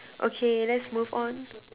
okay let's move on